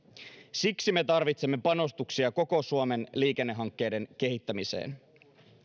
siksi me tarvitsemme panostuksia koko suomen liikennehankkeiden kehittämiseen